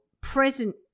present